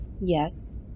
Yes